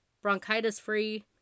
bronchitis-free